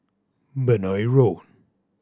Benoi Road